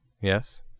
Yes